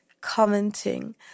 commenting